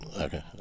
Okay